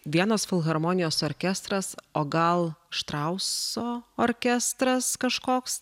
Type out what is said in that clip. vienos filharmonijos orkestras o gal štrauso orkestras kažkoks